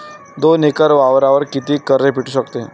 दोन एकर वावरावर कितीक कर्ज भेटू शकते?